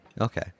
Okay